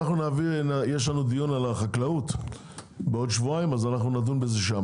יש לנו דיון על החקלאות בעוד שבועיים ונדון בזה שם,